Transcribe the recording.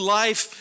life